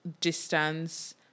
distance-